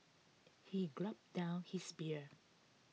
he gulped down his beer